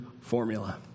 formula